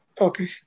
Okay